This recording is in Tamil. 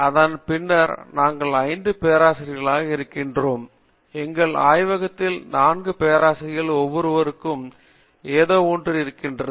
அதன் பின்னர் நாங்கள் 5 பேராசிரியர்களாக இருக்கிறோம் எங்கள் ஆய்வகத்தில் 4 பேராசிரியர்கள் ஒவ்வொருவருக்கும் ஏதோ ஒன்று இருக்கிறது